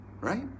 right